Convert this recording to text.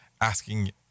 asking